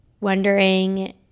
wondering